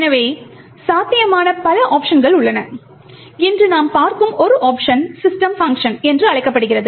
எனவே சாத்தியமான பல ஓப்க்ஷன்கள் உள்ளன இன்று நாம் பார்க்கும் ஒரு ஓப்க்ஷன் system பங்க்ஷன் என்று அழைக்கப்படுகிறது